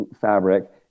fabric